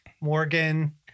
Morgan